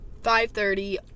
5.30